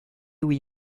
oui